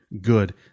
good